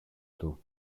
του